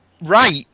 right